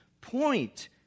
point